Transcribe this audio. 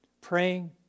Praying